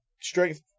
Strength